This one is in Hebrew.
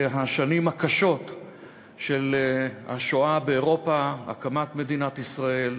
השנים הקשות של השואה באירופה, הקמת מדינת ישראל